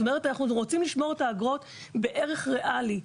זאת אומרת אנחנו רוצים לשמור את האגרות בערך ריאלי.